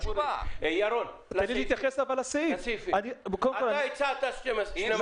ירון, אתה תהיה ספציפי, אתה הצעת 12 חודשים.